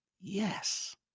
Yes